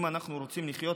אם אנחנו רוצים לחיות,